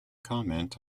comment